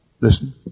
listen